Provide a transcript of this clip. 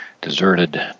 deserted